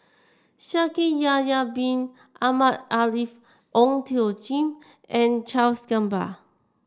Shaikh Yahya Bin Ahmed Afifi Ong Tjoe Kim and Charles Gamba